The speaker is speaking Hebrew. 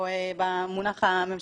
או במונח הממשלתי,